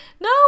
no